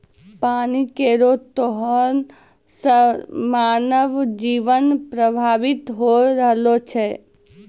पानी केरो दोहन सें मानव जीवन प्रभावित होय रहलो छै